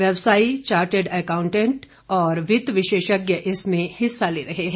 व्यवसायी chartered accountant और वित्त विशेषज्ञ इसमें हिस्सा ले रहे हैं